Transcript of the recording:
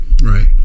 Right